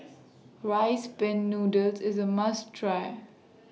Rice Pin Noodles IS A must Try